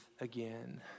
again